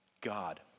God